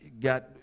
got